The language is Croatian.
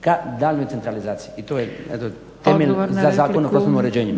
ka daljnjoj centralizaciji. I to je eto temelj za Zakon o prostornom uređenju.